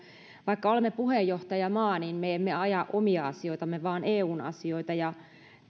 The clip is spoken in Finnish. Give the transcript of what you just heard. vaikka olemme puheenjohtajamaa niin me emme aja omia asioitamme vaan eun asioita